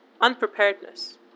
unpreparedness